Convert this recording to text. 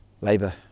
Labour